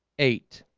eight